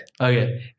Okay